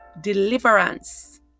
deliverance